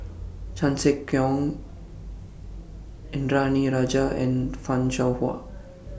Chan Sek Keong Indranee Rajah and fan Shao Hua